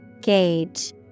Gauge